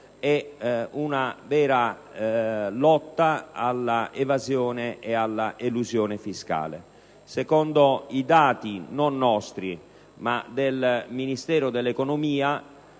è una vera lotta all'evasione e all'elusione fiscale. Secondo dati, non nostri, ma del Ministero dell'economia,